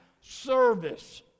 service